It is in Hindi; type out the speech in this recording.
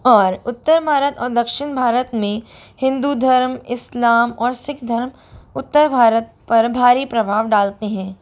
और उत्तर भारत और दक्षिन भारत में हिंदू धर्म इस्लाम और सिख धर्म उत्तर भारत पर भारी प्रभाव डालते हैं